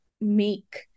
make